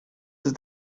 ist